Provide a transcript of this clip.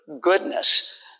goodness